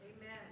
amen